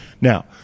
now